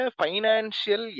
financial